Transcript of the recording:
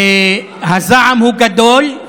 הזעם הוא גדול.